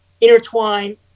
intertwine